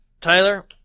Tyler